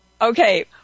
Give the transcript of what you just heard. Okay